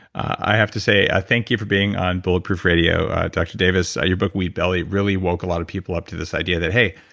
i have to say thank you for being on bulletproof radio, dr. davis. your book, wheat belly, really woke a lot of people up to this idea that hey,